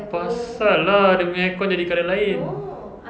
itu pasal lah dia punya aircon jadi colour lain